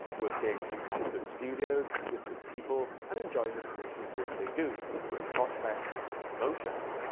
working at good studios with good people and enjoying the creative work they do with great prospects and promotions.